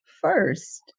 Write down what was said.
first